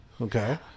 Okay